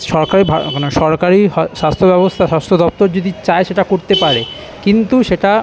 সরকারি ভার মানে সরকারি হাস স্বাস্থ্য ব্যবস্থা স্বাস্থ্য দপ্তর যদি চায় সেটা করতে পারে কিন্তু সেটা